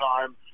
time